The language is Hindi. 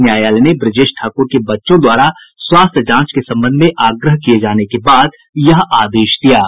न्यायालय ने ब्रजेश ठाक्र के बच्चों द्वारा स्वास्थ्य जांच के संबंध में आग्रह किये जाने के बाद यह आदेश दिया है